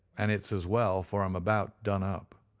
and it's as well, for i am about done up.